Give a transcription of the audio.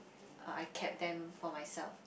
uh I kept them for myself